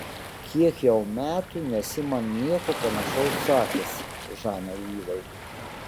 kiek jau metų nesi man nieko panašaus sakęs žanai ivai